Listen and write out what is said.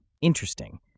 Interesting